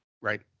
Right